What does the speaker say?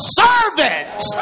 servant